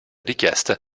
richieste